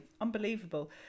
unbelievable